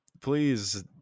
please